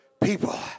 people